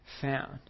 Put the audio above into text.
found